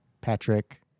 Patrick